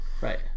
Right